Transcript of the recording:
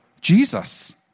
Jesus